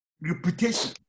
reputation